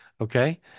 Okay